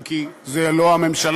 ואם כי זאת לא הממשלה,